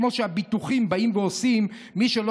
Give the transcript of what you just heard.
כמו שהביטוחים באים ועושים שמי שלא